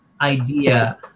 idea